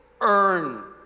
earn